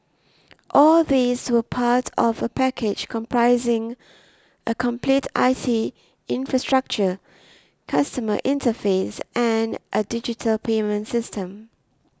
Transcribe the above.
all these were part of a package comprising a complete I T infrastructure customer interface and a digital payment system